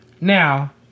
Now